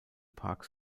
park